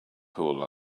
pool